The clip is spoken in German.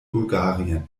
bulgarien